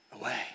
away